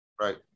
Right